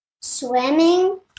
Swimming